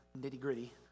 nitty-gritty